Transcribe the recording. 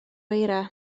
eira